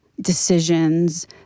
decisions